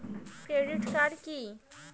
Credit card key?